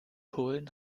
holen